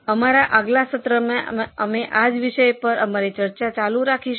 અમારા આગલા સત્રમાં અમે આ જ વિષય પર અમારી ચર્ચા ચાલુ રાખીશું